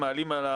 אם מעלים,